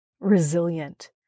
resilient